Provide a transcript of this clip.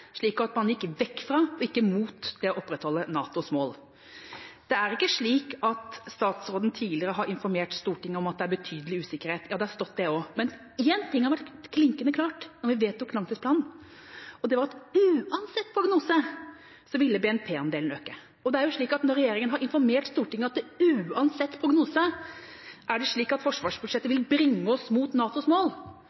slik at man gikk vekk fra og ikke mot det å opprettholde NATOs mål? Det er ikke slik at statsråden tidligere har informert Stortinget om at det er betydelig usikkerhet. Ja, det har stått det også, men én ting var klinkende klart da vi vedtok langtidsplanen, og det var at uansett prognose ville BNP-andelen øke. Og når regjeringa har informert Stortinget om at uansett prognose er det slik at forsvarsbudsjettet